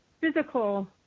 physical